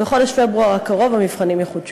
ובחודש פברואר הקרוב המבחנים יחודשו.